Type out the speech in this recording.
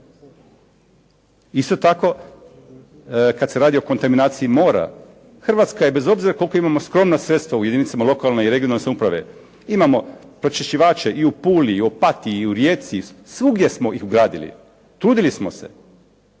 Isto tako kada se radi o kontaminaciji mora Hrvatska je bez obzira koliko imamo sklona sredstava u jedinicama lokalne i regionalne samouprave imamo pročišćivače i u Puli, i Opatiji i u Rijeci i svugdje smo ih ugradili, trudili smo se.